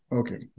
okay